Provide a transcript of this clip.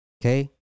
Okay